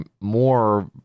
more